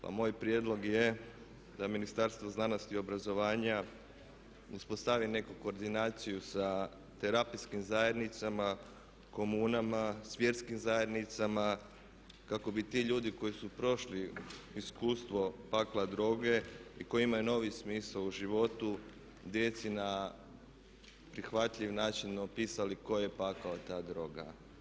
Pa moj prijedlog je da Ministarstvo znanosti i obrazovanja uspostavi neku koordinaciju sa terapijskim zajednicama, komunama, s vjerskim zajednicama kako bi ti ljudi koji su prošli iskustvo pakla droge i koji imaju novi smisao u životu djeci na prihvatljiv način opisali koji je pakao ta droga.